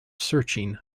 searching